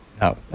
No